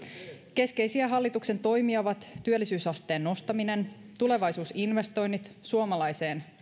keskeisiä hallituksen toimia ovat työllisyysasteen nostaminen tulevaisuusinvestoinnit suomalaiseen